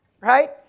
Right